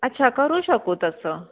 अच्छा करू शकू तसं